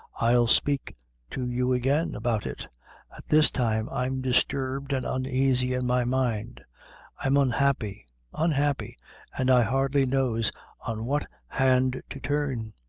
i'll spake to you again, about it at this time i'm disturbed and unaisy in my mind i'm unhappy unhappy an' i hardly knows on what hand to turn.